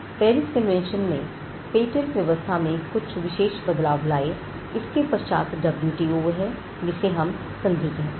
Paris convention ने patent व्यवस्था में कुछ विशेष बदलाव लाए इसके पश्चात डब्ल्यूटीओ है जिसे हम संधि कहते हैं